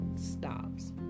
stops